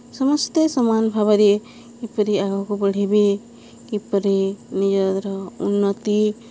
ସମସ୍ତେ ସମାନ ଭାବରେ କିପରି ଆଗକୁ ବଢ଼ିବେ କିପରି ନିଜର ଉନ୍ନତି